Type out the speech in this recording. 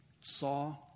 saw